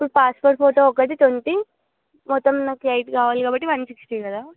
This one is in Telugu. ఇప్పుడు పాస్పోర్ట్ ఫోటో ఒకటి ట్వంటీ మొత్తం నాకు ఎయిట్ కావాలి కాబట్టి వన్ సిక్స్టీ కదా